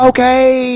Okay